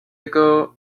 girl